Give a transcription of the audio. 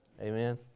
Amen